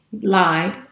lied